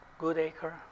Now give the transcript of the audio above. Goodacre